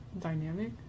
dynamic